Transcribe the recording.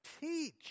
teach